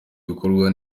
ibikorwa